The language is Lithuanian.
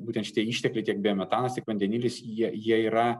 būtent šitie ištekliai tiek biometanas tiek vandenilis jie jie yra